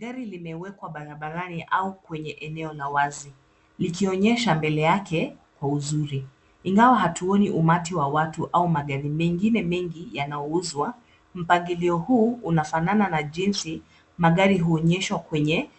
Gari limewekwa barabarani au kwenye eneo la wazi, likionyesha mbele yake kwa uzuri. Ingawa hatuoni umati wa watu au magari mengine mengi yanauzwa, mpangilio huu unafanana na jinsi magari huonyesha kwenye